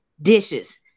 dishes